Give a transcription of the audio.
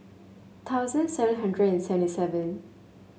seven hundred and seventy seven